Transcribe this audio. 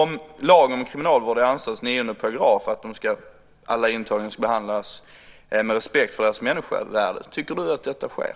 Enligt 9 § lagen om kriminalvård ska alla intagna behandlas med respekt för deras människovärde. Tycker du att detta sker?